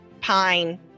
pine